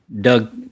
Doug